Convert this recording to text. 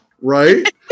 right